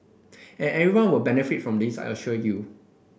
and everyone will benefit from this I assure you